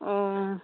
অঁ